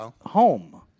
home